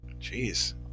Jeez